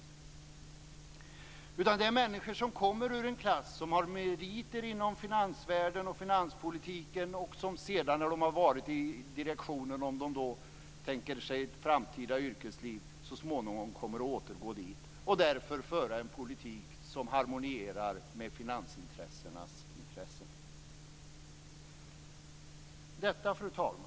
Det rör sig om människor som kommer ur en klass som har meriter inom finansvärlden och finanspolitiken och som sedan, efter att de har varit med i direktionen, så småningom kommer att återgå dit. De kommer därför att föra en politik som harmonierar med finansmarknadens intressen. Fru talman!